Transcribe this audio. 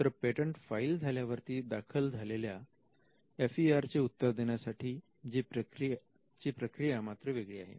मात्र patent file झाल्यावरती दाखल झालेल्या FER चे उत्तर देण्यासाठी ची प्रक्रिया मात्र वेगळी आहे